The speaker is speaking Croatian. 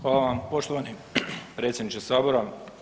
Hvala vam, poštovani predsjedniče Sabora.